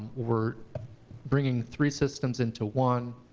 we're bringing three systems into one.